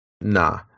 Nah